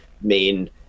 main